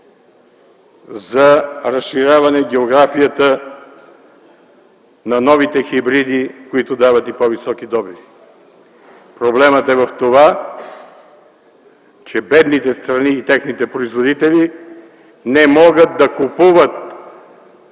за разширяване географията на новите хибриди, които дават и по-високи добиви. Проблемът е в това, че бедните страни и техните производители не могат да купуват